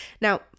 Now